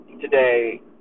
today